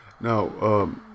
Now